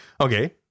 Okay